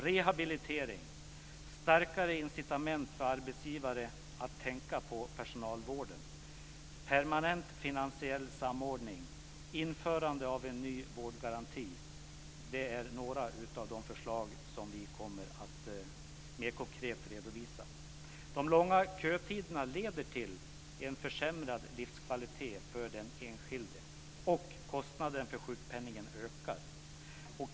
Rehabilitering, starkare incitament för arbetsgivare att tänka på personalvården, permanent finansiell samordning och införandet av en ny vårdgaranti är några av de förslag som vi kommer att mer konkret redovisa. De långa kötiderna leder till försämrad livskvalitet för den enskilde och kostnaden för sjukpenningen ökar.